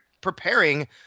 preparing